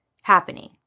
happening